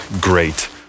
great